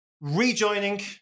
Rejoining